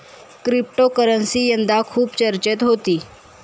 cryptocurrency यंदा खूप चर्चेत होती